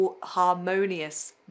harmonious